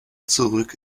zurück